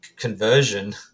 conversion